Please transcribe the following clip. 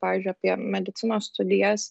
pavyzdžiui apie medicinos studijas